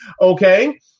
Okay